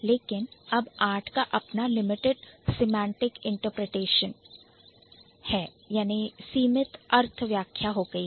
लेकिन अब Art का अपना limited semantic interpretation limited semantic interpretation सीमित अर्थ व्याख्या है